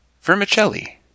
vermicelli